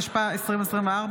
התשפ"ה-2024,